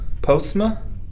Postma